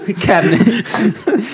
Cabinet